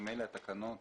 ממילא התקנות